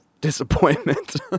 disappointment